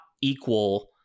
equal